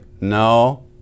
No